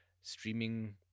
streaming